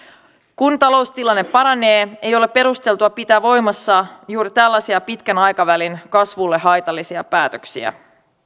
kun taloustilanne paranee ei ole perusteltua pitää voimassa juuri tällaisia pitkän aikavälin kasvulle haitallisia päätöksiä